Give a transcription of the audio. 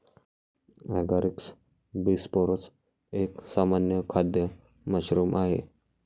Agaricus bisporus एक सामान्य खाद्य मशरूम आहे